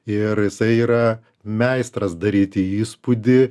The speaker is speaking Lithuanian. ir jisai yra meistras daryti įspūdį